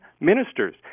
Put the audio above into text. ministers